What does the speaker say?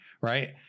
right